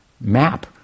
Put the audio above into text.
map